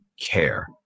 care